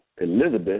Elizabeth